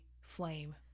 flame